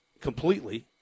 completely